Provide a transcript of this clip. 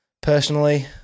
personally